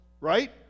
right